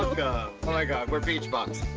oh my god! we're beach bums.